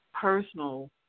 personal